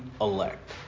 elect